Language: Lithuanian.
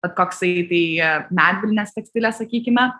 bet koksai tai medvilnės tekstilė sakykime